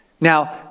now